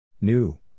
New